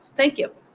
thank you.